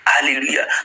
Hallelujah